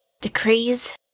decrees